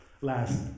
last